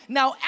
Now